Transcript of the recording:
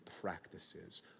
practices